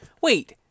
wait